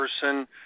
person